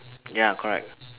ya correct